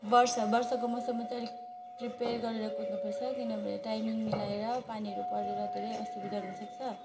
वर्ष बर्षाको मौसममा त अलिक प्रिपेयर गरेर कुद्नुपर्छ किनभने टाइमिङ मिलाएर पानीहरू परेर धेरै असुविधा हुनसक्छ